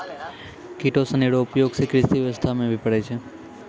किटो सनी रो उपयोग से कृषि व्यबस्था मे भी पड़ै छै